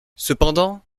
cependant